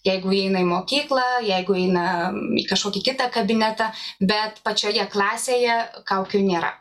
jeigu įeina į mokyklą jeigu eina į kažkokį kitą kabinetą bet pačioje klasėje kaukių nėra